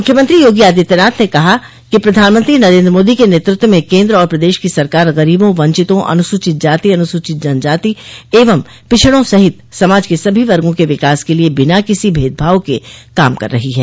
मुख्यमंत्री योगी आदित्यनाथ ने कहा कि प्रधानमंत्री नरेन्द्र मोदी के नेतृत्व में केन्द्र और प्रदेश की सरकार गरीबों वंचितों अनुसूचित जाति अनुसूचित जनजाति एंव पिछड़ों सहित समाज के सभी वर्गो के विकास के लिए बिना किसी भदभाव के काम कर रही है